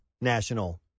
national